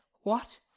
What